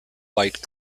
white